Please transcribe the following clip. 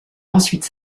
ensuite